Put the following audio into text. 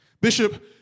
Bishop